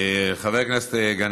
חבר הכנסת גנאים,